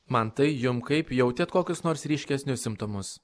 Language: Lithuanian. mantai jum kaip jautėt kokius nors ryškesnius simptomus